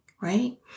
right